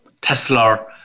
Tesla